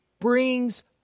brings